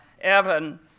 Evan